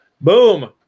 Boom